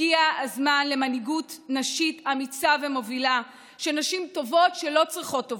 הגיע הזמן למנהיגות נשית אמיצה ומובילה של נשים טובות שלא צריכות טובות,